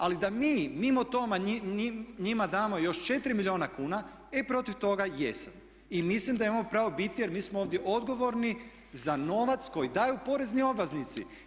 Ali da mi mimo toga njima damo još 4 milijuna kuna e protiv toga jesam i mislim da imamo pravo biti jer mi smo ovdje odgovorni za novac koji daju porezni obveznici.